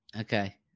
Okay